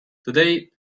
today